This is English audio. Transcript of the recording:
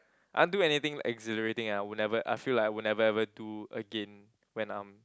I want do anything exhilarating I would never I feel like I would never ever do again when I'm